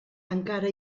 encara